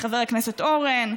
מחברי הכנסת אורן,